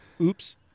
Oops